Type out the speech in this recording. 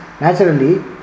naturally